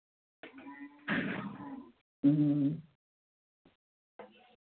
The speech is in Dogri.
अं